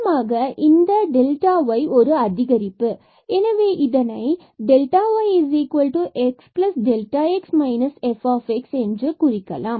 மீண்டுமாக இந்த delta y ஒரு அதிகரிப்பு